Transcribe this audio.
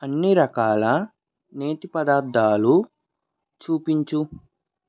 అన్ని రకాల నేతి పదార్థాలు చూపించు